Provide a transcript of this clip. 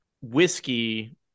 whiskey